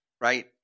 right